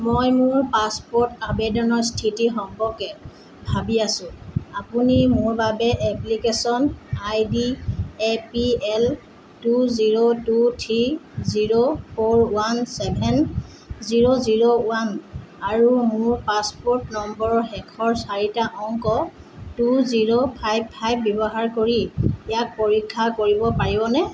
মই মোৰ পাছপ'ৰ্ট আবেদনৰ স্থিতি সম্পৰ্কে ভাবি আছোঁ আপুনি মোৰ বাবে application ID A P L two zero two three zero four one seven zero zero one আৰু মোৰ পাছপ'ৰ্ট নম্বৰৰ শেষৰ চাৰিটা অংক টু জিৰ' ফাইভ ফাইভ ব্যৱহাৰ কৰি ইয়াক পৰীক্ষা কৰিব পাৰিবনে